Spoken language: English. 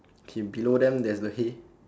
okay below them there's a hay